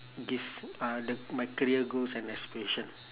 give uh the my career goals and aspiration